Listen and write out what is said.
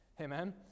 Amen